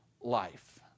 life